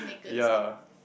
ya